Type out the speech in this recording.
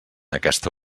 aquesta